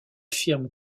firmes